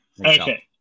Okay